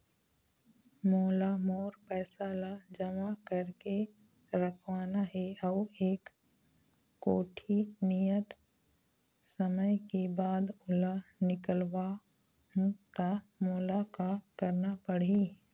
मोला मोर पैसा ला जमा करके रखवाना हे अऊ एक कोठी नियत समय के बाद ओला निकलवा हु ता मोला का करना पड़ही?